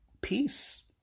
peace